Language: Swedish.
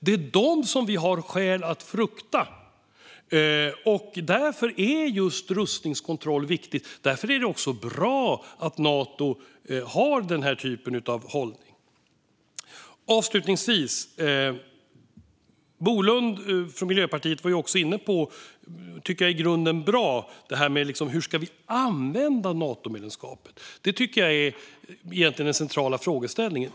Det är de som vi har skäl att frukta. Därför är just rustningskontroll viktigt, och därför är det också bra att Nato har den hållningen. Bolund från Miljöpartiet var inne på något jag i grunden tycker är bra, nämligen hur vi ska använda Natomedlemskapet. Det är den centrala frågan.